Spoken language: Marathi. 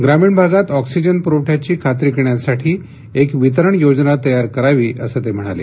ग्रामीण भागात ऑक्सीजन पुरवठ्याची खात्री करण्यासाठी एक वितरण योजना तयार करावी असं ते म्हणाले